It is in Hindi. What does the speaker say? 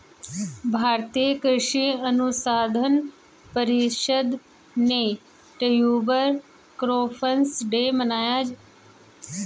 भारतीय कृषि अनुसंधान परिषद ने ट्यूबर क्रॉप्स डे मनाया